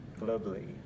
globally